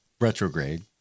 retrograde